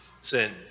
sin